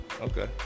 okay